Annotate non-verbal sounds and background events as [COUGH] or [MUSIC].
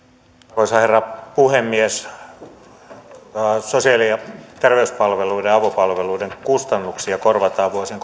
arvoisa herra puhemies sosiaali ja terveyspalveluiden ja avopalveluiden kustannuksia korvataan vuosien [UNINTELLIGIBLE]